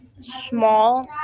small